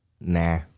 Nah